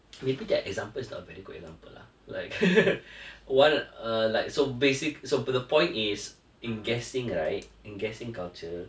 we take that example is not a very good example lah like one uh like so basic~ so the point is in guessing right in guessing culture